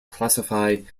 classify